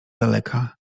daleka